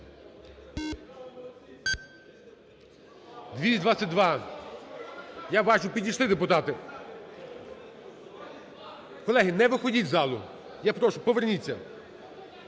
За-222 Я бачу, підійшли депутати. Колеги, не виходіть з залу. Я прошу, поверніться.